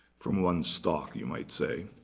from one stock, you might say.